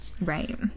Right